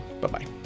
bye-bye